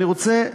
אני רוצה,